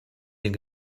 den